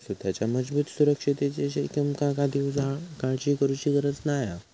सुताच्या मजबूत सुरक्षिततेची तुमका कधीव काळजी करुची गरज नाय हा